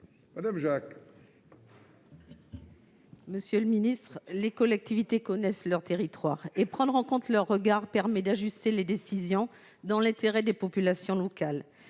la réplique. Monsieur le ministre, les collectivités territoriales connaissent leur territoire, et prendre en compte leur point de vue permet d'ajuster les décisions dans l'intérêt des populations locales.